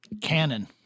canon